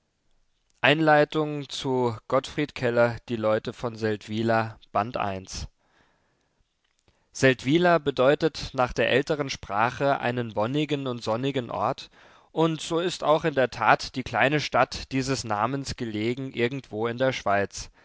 seldwyla bedeutet nach der älteren sprache einen wonnigen und sonnigen ort und so ist auch in der tat die kleine stadt dieses namens gelegen irgendwo in der schweiz